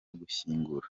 gushyingura